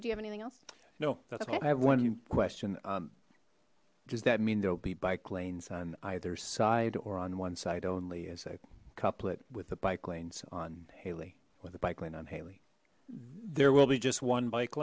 do you have anything else no i have one question does that mean there'll be bike lanes on either side or on one side only as a couplet with the bike lanes on haley with the bike lane on haley there will be just one bike